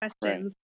questions